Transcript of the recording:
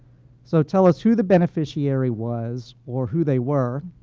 so tell us who the beneficiary was, or who they were,